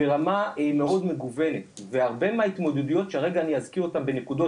ברמה מאוד מגוונת והרבה מההתמודדויות שרגע אני אזכיר אותם בנקודות,